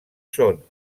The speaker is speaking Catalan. són